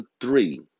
three